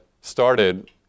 started